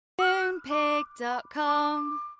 Moonpig.com